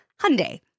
Hyundai